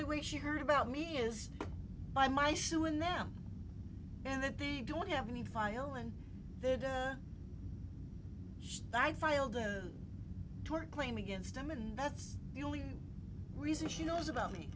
the way she heard about me is by my shoe in them and that they don't have any file and then i filed a tort claim against him and that's the only reason she knows about me